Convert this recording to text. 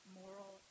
moral